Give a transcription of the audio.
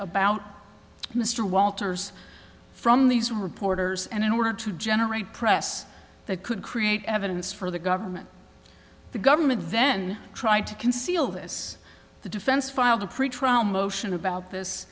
about mr walters from these reporters and in order to generate press that could create evidence for the government the government then tried to conceal this the defense filed a pretrial motion about this